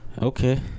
okay